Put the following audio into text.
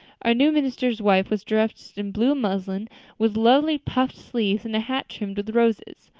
our new minister's wife was dressed in blue muslin with lovely puffed sleeves and a hat trimmed with roses.